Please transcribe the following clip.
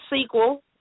sequel